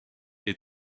est